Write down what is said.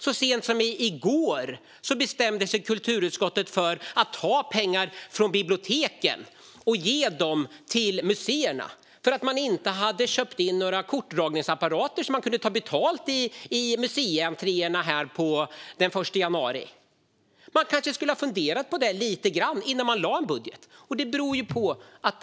Så sent som i går bestämde sig kulturutskottet för att ta pengar från biblioteken och ge dem till museerna, eftersom de inte har köpt in kortdragningsapparater så att de kan ta betalt i museientréerna den 1 januari. Man skulle kanske ha funderat på det lite grann innan man lade fram en budget.